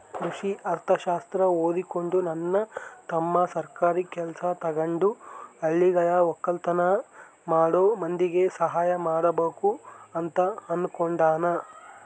ಕೃಷಿ ಅರ್ಥಶಾಸ್ತ್ರ ಓದಿಕೊಂಡು ನನ್ನ ತಮ್ಮ ಸರ್ಕಾರಿ ಕೆಲ್ಸ ತಗಂಡು ಹಳ್ಳಿಗ ವಕ್ಕಲತನ ಮಾಡೋ ಮಂದಿಗೆ ಸಹಾಯ ಮಾಡಬಕು ಅಂತ ಅನ್ನುಕೊಂಡನ